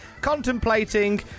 contemplating